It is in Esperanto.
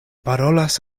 parolas